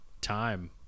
time